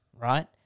right